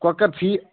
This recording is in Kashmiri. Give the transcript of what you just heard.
کۄکر فی